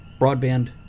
broadband